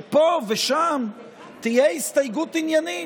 פה ושם תהיה הסתייגות עניינית.